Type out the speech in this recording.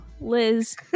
Liz